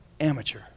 amateur